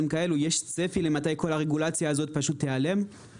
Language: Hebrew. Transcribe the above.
כאלה יש צפי מתי כל הרגולציה הזאת תיעלם פשוט?